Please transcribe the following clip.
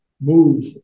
move